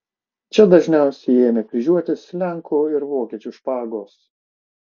čia dažniausiai ėmė kryžiuotis lenkų ir vokiečių špagos